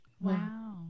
Wow